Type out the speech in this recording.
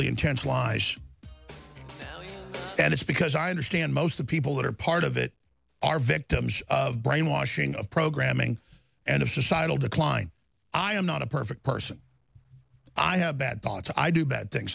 lies and it's because i understand most the people that are part of it are victims of brainwashing of programming and of societal decline i am not a perfect person i have bad thoughts i do bad things